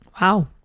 Wow